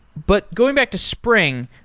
but going back to spring,